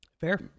fair